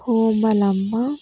Komalamma